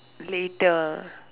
later ah